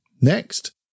Next